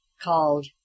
called